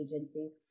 agencies